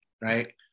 right